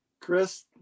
Chris